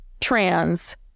trans